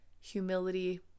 Humility